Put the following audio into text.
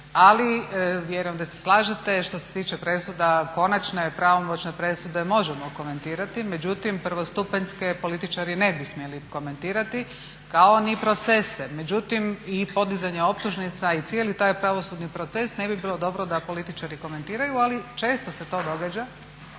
Ali, vjerujem da se slažete, što se tiče presuda konačne i pravomoćne presude možemo komentirati međutim prvostupanjske političari ne bi smjeli komentirati kao ni procese. Međutim i podizanja optužnica i cijeli taj pravosudni proces ne bi bilo dobro da političari komentiraju ali često se to događa.